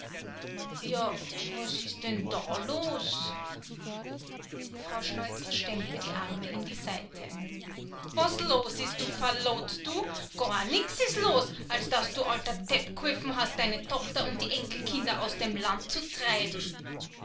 ja was is denn da los frau schneuzel stemmte die arme in die seite was los is du fallot du gar nichts is los als daß du alter tepp geholfen hast deine tochter und die enkelkinder aus dem land zu treiben